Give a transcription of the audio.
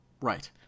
Right